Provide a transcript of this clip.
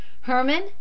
Herman